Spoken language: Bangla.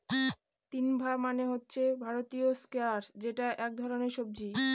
তিনডা মানে হচ্ছে ভারতীয় স্কোয়াশ যেটা এক ধরনের সবজি